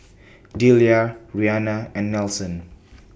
Delia Reanna and Nelson